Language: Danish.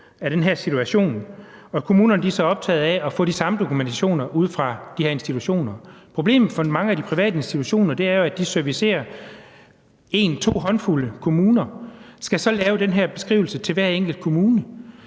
af den her situation, og kommunerne er så optaget af at få de samme dokumentationer ude fra de her institutioner. Problemet for mange af de private institutioner er jo, at de servicerer en eller to håndfulde kommuner og så skal lave den her beskrivelse til hver enkelt kommune.